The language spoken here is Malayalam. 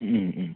ഉം ഉം ഉം